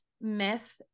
myth